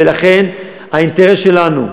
ולכן האינטרס שלנו,